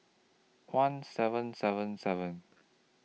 one seven seven seven